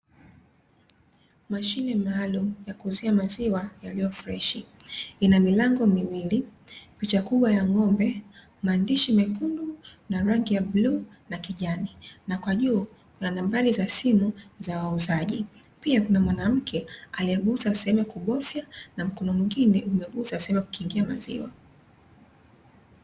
Mashine maalumu ya kuuzia maziwa yaliyofreshi; ina milango miwili, picha kubwa ya ng'ombe, maandishi mekundu, na rangi ya bluu na kijani, na kwa juu nambari za simu za wauzaji. Pia kuna mwanamke aliyegusa sehemu ya kubofya na kuna mwingine amegusa sehemu ya kukingia maziwa.